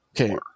Okay